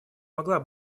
могла